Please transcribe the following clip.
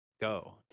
go